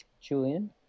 Julian